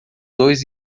dois